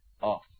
off